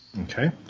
okay